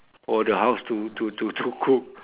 for the house to to to to cook